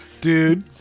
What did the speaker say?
dude